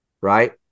Right